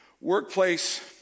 workplace